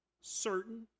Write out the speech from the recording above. certain